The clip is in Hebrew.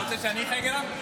אתה רוצה שאני אחייג אליו?